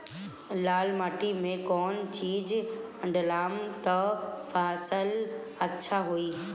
लाल माटी मे कौन चिज ढालाम त फासल अच्छा होई?